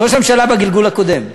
ראש הממשלה בגלגול הקודם.